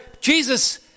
Jesus